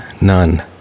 none